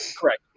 Correct